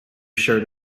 shirt